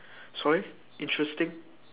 sorry interesting